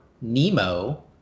Nemo